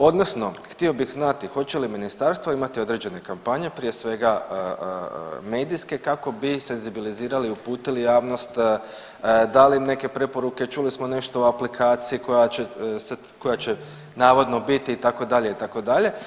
Odnosno htio bih znati hoće li ministarstvo imati određene kampanje, prije svega, medijske kako bi senzibilizirali i uputili javnost, dali im neke preporuke, čuli smo nešto i o aplikaciji koja će navodno biti, itd., itd.